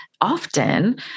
often